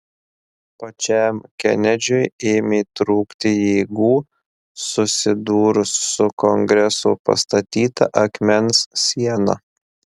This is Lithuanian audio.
pačiam kenedžiui ėmė trūkti jėgų susidūrus su kongreso pastatyta akmens siena